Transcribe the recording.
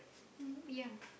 um ya